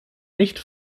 nicht